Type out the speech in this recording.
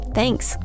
Thanks